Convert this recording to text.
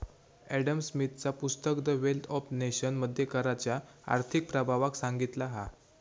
Adam स्मिथचा पुस्तक the wealth of nation मध्ये कराच्या आर्थिक प्रभावाक सांगितला हा